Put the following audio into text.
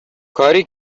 کاری